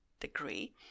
degree